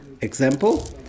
example